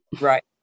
Right